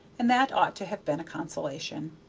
and that ought to have been a consolation.